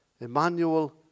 Emmanuel